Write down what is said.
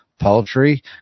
poultry